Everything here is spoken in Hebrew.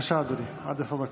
בבקשה, אדוני, עד עשר דקות.